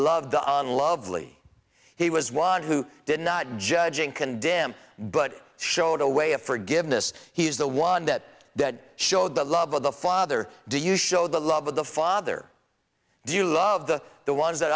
loved the on lovely he was one who did not judging condemn but showed a way of forgiveness he is the one that showed the love of the father you show the love of the father do you love the the ones that